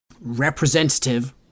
representative